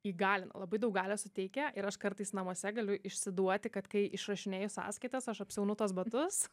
įgalina labai daug galios suteikia ir aš kartais namuose galiu išsiduoti kad kai išrašinėju sąskaitas aš apsiaunu tuos batus